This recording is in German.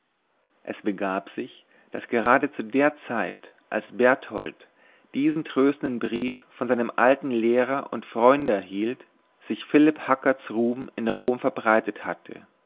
es begab sich daß gerade zu der zeit als berthold diesen tröstenden brief von seinem alten lehrer und freunde erhielt sich philipp hackerts ruhm in rom verbreitet hatte